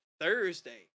Thursday